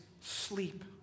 sleep